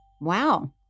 Wow